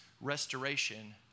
restoration